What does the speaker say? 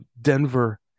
Denver